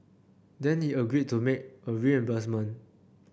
then he agreed to make a reimbursement